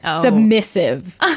submissive